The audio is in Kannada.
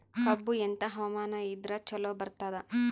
ಕಬ್ಬು ಎಂಥಾ ಹವಾಮಾನ ಇದರ ಚಲೋ ಬರತ್ತಾದ?